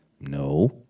No